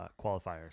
qualifiers